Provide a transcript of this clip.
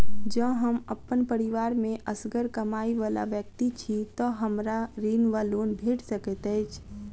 जँ हम अप्पन परिवार मे असगर कमाई वला व्यक्ति छी तऽ हमरा ऋण वा लोन भेट सकैत अछि?